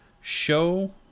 show